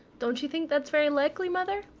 don't you think that's very likely, mother?